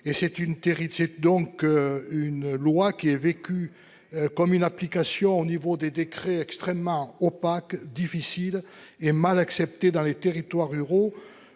c'est donc. Une loi qui est vécue comme une application au niveau des décrets extrêmement opaque difficile et mal acceptée dans les territoires ruraux